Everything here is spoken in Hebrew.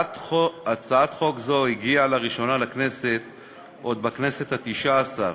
הצעת חוק זאת הגיעה לראשונה לכנסת עוד בכנסת התשע-עשרה.